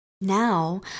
Now